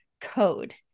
code